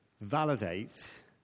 validate